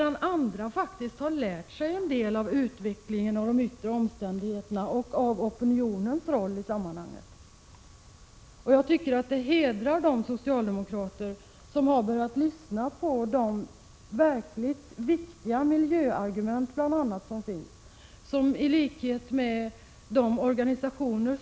Andra har faktiskt lärt sig en del av utvecklingen, av de yttre omständigheterna och av opinionens roll i sammanhanget. Jag tycker att det hedrar de socialdemokrater som har börjat lyssna till de verkligt viktiga argument som finns och som gäller bl.a. miljön.